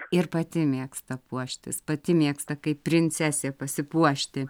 ir pati mėgsta puoštis pati mėgsta kaip princesė pasipuošti